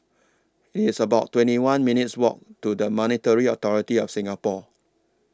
It's about twenty one minutes' Walk to The Monetary Authority of Singapore